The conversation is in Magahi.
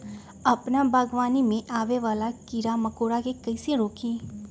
अपना बागवानी में आबे वाला किरा मकोरा के कईसे रोकी?